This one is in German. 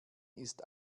ist